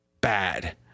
bad